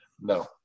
No